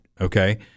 okay